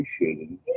appreciating